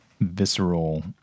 visceral